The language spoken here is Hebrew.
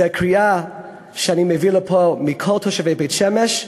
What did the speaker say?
זו קריאה שאני מביא לפה מכל תושבי בית-שמש: